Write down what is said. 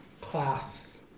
class